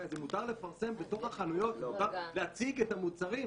אז מותר לפרסם בתוך החנויות ולהציג את המוצרים,